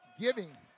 giving